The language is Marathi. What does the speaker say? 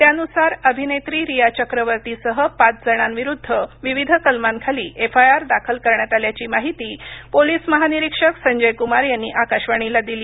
त्या नुसार अभिनेत्री रिया चक्रवर्तीसह पाच जणांविरुद्ध विविध कलमांखाली एफआयआर दाखल करण्यात आल्याची माहिती पोलीस महानिरीक्षक संजयकुमार यांनी आकाशवाणीला दिली